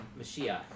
Mashiach